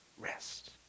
rest